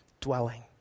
dwelling